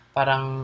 Parang